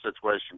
situation